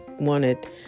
wanted